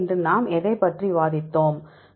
எனவே இன்று நாம் எதைப் பற்றி விவாதித்தோம்